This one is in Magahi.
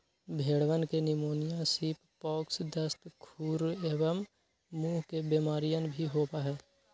भेंड़वन के निमोनिया, सीप पॉक्स, दस्त, खुर एवं मुँह के बेमारियन भी होबा हई